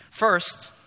First